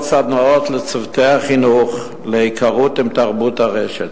סדנאות לצוותי החינוך להיכרות עם תרבות הרשת,